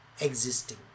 existing